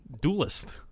duelist